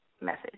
message